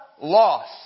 loss